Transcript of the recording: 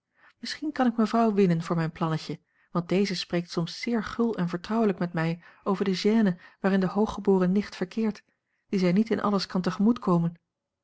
misschien kan ik mevrouw winnen voor mijn plannetje want deze spreekt soms zeer gul en vertrouwelijk met mij over de gêne waarin de hooggeboren nicht verkeert die zij niet in alles kan te gemoet komen